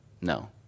No